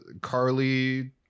carly